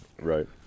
Right